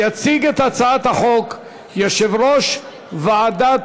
יציג את הצעת החוק יושב-ראש ועדת